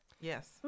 Yes